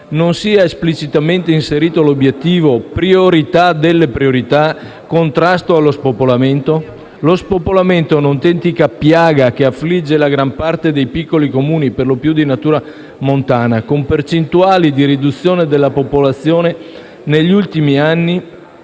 non sia esplicitamente inserito l'obiettivo - priorità delle priorità - del contrasto allo spopolamento? Lo spopolamento è un'autentica piaga che affligge la gran parte dei piccoli Comuni, perlopiù di natura montana, con percentuali di riduzione della popolazione, negli ultimi anni